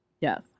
Yes